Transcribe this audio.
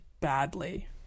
badly